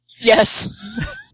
Yes